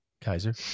Kaiser